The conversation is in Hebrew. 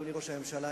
אדוני ראש הממשלה,